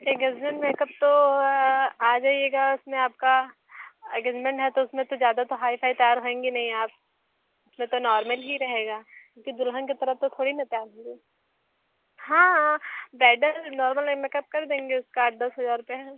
engagement makeup तो आ जाइएगा उसमें आपका इंगेजमेंट हैं तो उस में तो ज़्यादा तो हाईफाई तैयार होएगी नहीं आप उस में तो नार्मल ही रहेगा क्योंकि दुल्हन की तरफ तो थोड़ी ना तैयार होंगी हाँ ब्राइडल नार्मल ही मेकअप कर देंगे उसका आठ दस हजार रुपये है